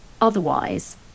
otherwise